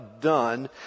done